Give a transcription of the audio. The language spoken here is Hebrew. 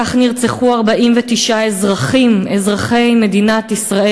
כך נרצחו 49 אזרחים, אזרחי מדינת ישראל.